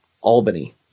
Albany